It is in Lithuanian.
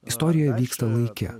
istorija vyksta laike